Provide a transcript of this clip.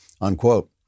Unquote